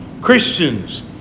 Christians